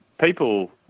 people